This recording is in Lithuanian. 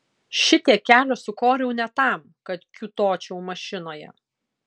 šitiek kelio sukoriau ne tam kad kiūtočiau mašinoje